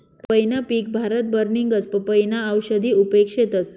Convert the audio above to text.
पंपईनं पिक भारतभर निंघस, पपयीना औषधी उपेग शेतस